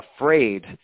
afraid